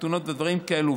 חתונות ודברים כאלה,